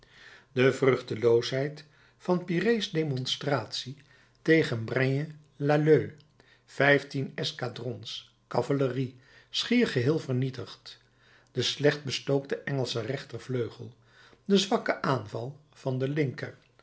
de vruchteloosheid van piré's demonstratie tegen braine lalleud vijftien escadrons cavalerie schier geheel vernietigd de slecht bestookte engelsche rechter vleugel de zwakke aanval van den linker